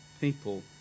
people